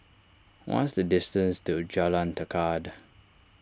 what is the distance to Jalan Tekad